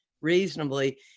reasonably